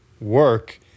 work